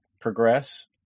progress